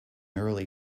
early